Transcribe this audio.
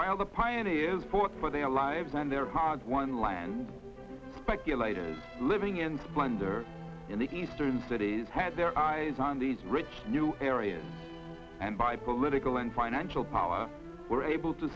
while the pioneers fought for their lives and their hard won land speculators living in splendor in the eastern cities had their eyes on these rich areas and by political and financial power were able to